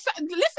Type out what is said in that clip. listen